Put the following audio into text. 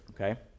okay